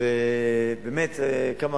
ול"ל.